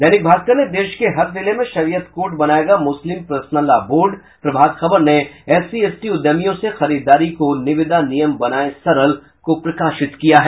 दैनिक भास्कर ने देश के हर जिले में शरीयत कोर्ट बनायेगा Muslim personal law board Prabhat Khabar ने एससी एसटी उद्यमियों से खरीदारी को निविदा नियम बनायें सरल को प्रकाशित किया है